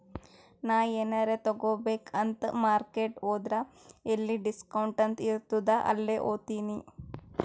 ನಾ ಎನಾರೇ ತಗೋಬೇಕ್ ಅಂತ್ ಮಾರ್ಕೆಟ್ ಹೋದ್ರ ಎಲ್ಲಿ ಡಿಸ್ಕೌಂಟ್ ಅಂತ್ ಇರ್ತುದ್ ಅಲ್ಲೇ ಹೋತಿನಿ